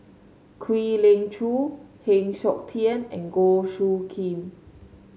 Kwek Leng Joo Heng Siok Tian and Goh Soo Khim